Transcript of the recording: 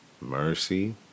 mercy